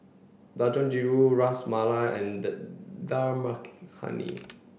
Dangojiru Ras Malai and Dal Makhani